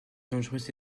dangereuse